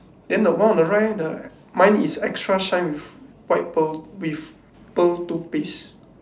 then the word on the right leh the mine is extra shine with white pearl with pearl toothpaste